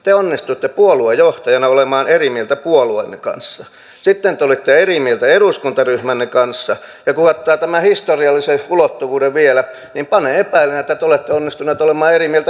te onnistuitte puoluejohtajana olemaan eri mieltä puolueenne kanssa sitten te olitte eri mieltä eduskuntaryhmänne kanssa ja kun ottaa tämän historiallisen ulottuvuuden vielä niin panee epäilemään että te olette onnistunut olemaan eri mieltä itsennekin kanssa